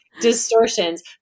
distortions